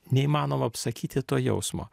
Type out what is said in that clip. neįmanoma apsakyti to jausmo